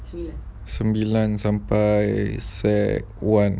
sembilan sampai sec one